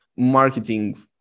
marketing